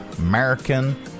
American